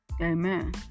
Amen